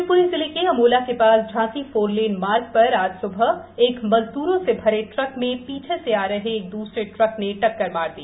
शिवपुरी जिले के अमोला के पास झांसी फोरलेन मार्ग पर आज सुबह एक मजदूरों से भरे ट्रक में पीछे से आ रहे एक द्वसरे ट्रक ने टक्कर मार दी